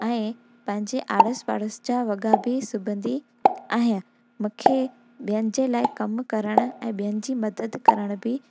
ऐं पंहिंजे आड़ोस पड़ोस जा वॻा बि सिबंदी आहियां मूंखे ॿियनि जे लाइ कम करणु ऐं ॿियनि जी मदद करण बि